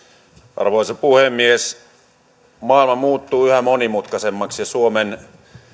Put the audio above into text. arvoisa puhemies maailma muuttuu yhä monimutkaisemmaksi ja suomen